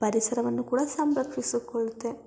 ಪರಿಸರವನ್ನು ಕೂಡ ಸಂರಕ್ಷಿಸಿಕೊಳ್ಳತ್ತೆ